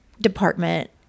department